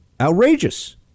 outrageous